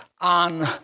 on